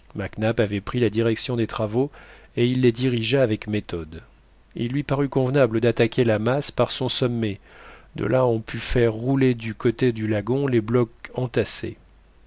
nap avait pris la direction des travaux et il les dirigea avec méthode il lui parut convenable d'attaquer la masse par son sommet de là on put faire rouler du côté du lagon les blocs entassés